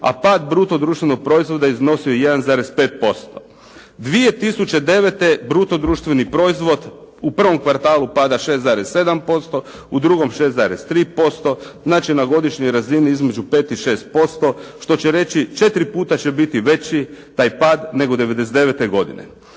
a pad bruto društvenog proizvoda iznosio je 1,5%. 2009. bruto društveni proizvod u prvom kvartalu pada 6,7% u drugom 6,3%, znači na godišnjoj razini između 5 i 6% što će reći 4 puta će biti veći taj pad nego '99. godine.